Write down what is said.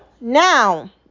Now